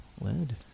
Lead